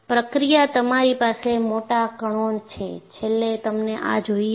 પ્રક્રિયામાં તમારી પાસે મોટા કણો છે છેલ્લે તમને આ જોઈએ છે